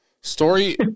Story